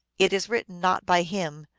it is written not by him,